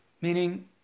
Meaning